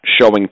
showing